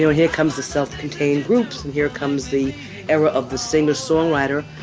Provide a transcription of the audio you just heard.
here here comes the self contained groups. and here comes the error of the singer songwriter.